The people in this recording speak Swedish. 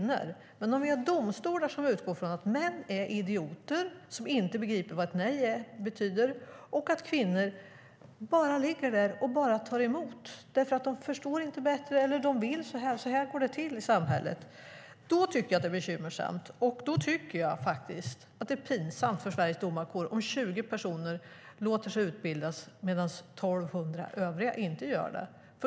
Jag tycker att det är bekymmersamt om vi har domstolar som utgår från att män är idioter som inte begriper vad ett nej betyder och att kvinnor bara ligger där och tar emot för att de inte förstår bättre eller för att de vill och att det är så det går till i samhället. Då tycker jag faktiskt att det är pinsamt för Sveriges domarkår om 20 personer låter sig utbildas medan övriga 1 200 inte gör det.